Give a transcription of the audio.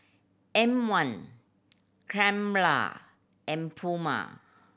M One Crumpler and Puma